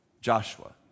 Joshua